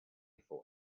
for